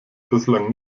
bislang